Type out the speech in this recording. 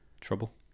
Trouble